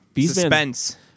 suspense